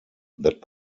that